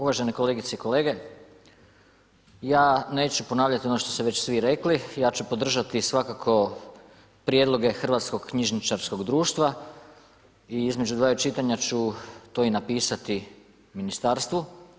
Uvažene kolegice i kolege ja neću ponavljati ono što ste već svi rekli, ja ću podržati svakako prijedloge Hrvatskog knjižničarskog društva i između dvaju čitanja ću to i napisati Ministarstvu.